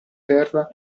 terra